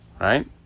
Right